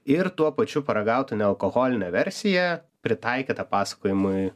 ir tuo pačiu paragautu nealkoholinę versiją pritaikytą pasakojimui